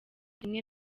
rimwe